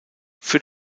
für